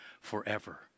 forever